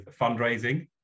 fundraising